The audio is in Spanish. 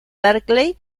berkeley